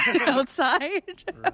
outside